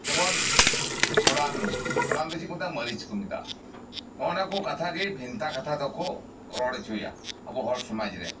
ᱡᱮᱢᱚᱱ ᱯᱷᱚᱲᱟᱱ ᱯᱷᱚᱲᱟᱱ ᱫᱚ ᱪᱮᱫ ᱠᱚ ᱢᱮᱛᱟᱜᱼᱟ ᱢᱟᱹᱨᱤᱪ ᱠᱚ ᱢᱮᱛᱟᱜᱼᱟ ᱱᱚᱜ ᱚᱭᱱᱟᱠᱩ ᱠᱟᱛᱷᱟᱜᱮ ᱵᱷᱮᱱᱛᱟ ᱫᱚᱠᱚ ᱨᱚᱲ ᱦᱚᱪᱚᱭᱟ ᱟᱵᱩ ᱦᱚᱲ ᱥᱚᱢᱟᱡᱽ ᱨᱮ